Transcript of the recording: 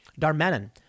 Darmanin